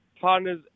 partners